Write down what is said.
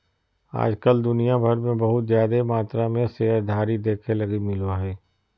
आज कल दुनिया भर मे बहुत जादे मात्रा मे शेयरधारी देखे लगी मिलो हय